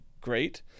great